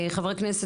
חברת הכנסת